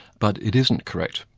but it isn't correct,